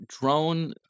drone